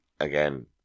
Again